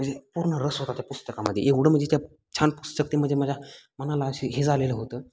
म्हणजे पूर्ण रस होता त्या पुस्तकामध्ये एवढं म्हणजे त्या छान पुस्तकते म्हणजे माझ्या मनाला असे हे झालेलं होतं